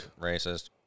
Racist